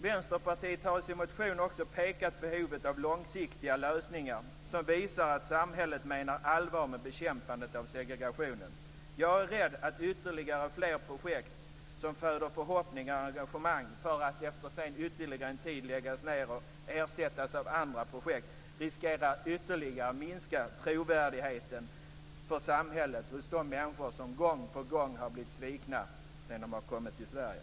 Vänsterpartiet har i sin motion också pekat på behovet av långsiktiga lösningar som visar att samhället menar allvar med bekämpandet av segregationen. Jag är rädd att ytterligare projekt som föder förhoppningar och engagemang för att efter en tid läggas ned och ersättas av andra projekt riskerar att minska trovärdigheten för samhället hos de människor som gång på gång har blivit svikna sedan de kommit till Sverige.